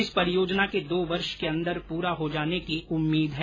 इस परियोजना के दो वर्ष के अंदर पूरा हो जाने की उम्मीद है